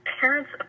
parents